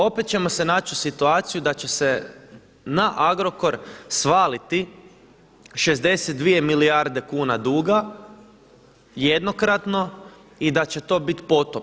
Opet ćemo se naći u situaciji da će se na Agrokor svaliti 62 milijarde kuna duga jednokratno i da će to biti potop.